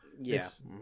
yes